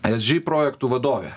esg projektų vadovė